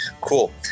Cool